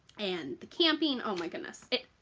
and the camping oh my goodness it